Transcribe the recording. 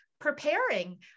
preparing